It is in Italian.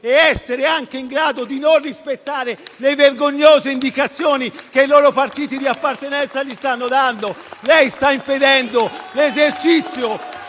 e essere anche in grado di non rispettare le vergognose indicazioni che i loro partiti di appartenenza gli stanno dando. *(Applausi dal Gruppo